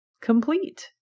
complete